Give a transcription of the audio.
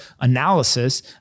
analysis